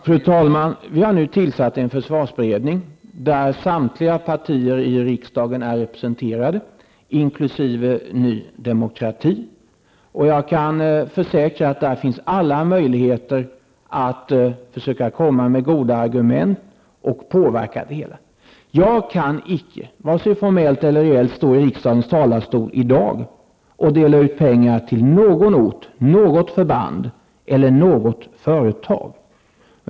Fru talman! Vi har nu tillsatt en försvarsberedning, där samtliga partier i riksdagen är representerade inkl. Ny Demokrati. Jag kan försäkra att där finns alla möjligheter att försöka komma med goda argument och påverka. Jag kan icke, vare sig formellt eller reellt, stå i riksdagens talarstol i dag och dela ut pengar till någon ort, något förband eller något företag.